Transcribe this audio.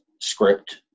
script